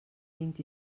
vint